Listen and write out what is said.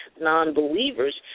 non-believers